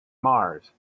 mars